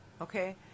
okay